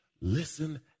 listen